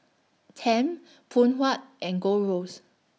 Tempt Phoon Huat and Gold Roast